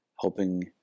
helping